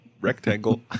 rectangle